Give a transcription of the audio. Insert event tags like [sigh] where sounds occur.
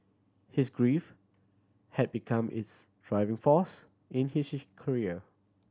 his grief had become his driving force in his [unintelligible] career